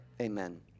Amen